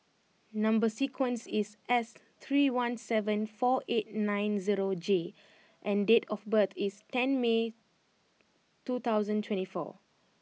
number sequence is S three one seven four eight nine zero J and date of birth is ten May two thousand twenty four